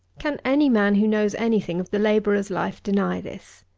can any man, who knows any thing of the labourer's life, deny this?